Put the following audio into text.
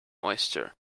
oyster